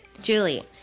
Julie